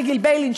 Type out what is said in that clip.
לגיל ביילין,